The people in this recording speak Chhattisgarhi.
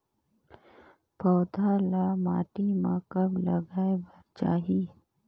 पौधा ल माटी म कब लगाए बर चाही?